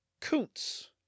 Kuntz